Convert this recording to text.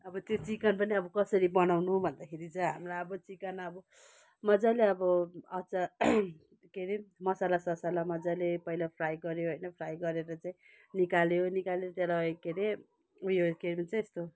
अब त्यो चिकन पनि अब कसरी बनाउनु भन्दाखेरि चाहिँ हाम्रो अब चिकन अब मजाले अब अचार के अरे मसाला ससाला मजाले पहिला फ्राई गर्यो होइन फ्राई गरेर चाहिँ निकाल्यो निकालेर त्यसलाई के अरे उयो के भन्छ यस्तो